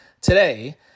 today